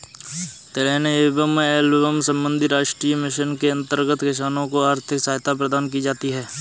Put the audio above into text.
तिलहन एवं एल्बम संबंधी राष्ट्रीय मिशन के अंतर्गत किसानों को आर्थिक सहायता प्रदान की जाती है